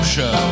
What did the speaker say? Show